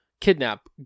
kidnap